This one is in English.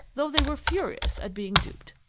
though they were furious at being duped.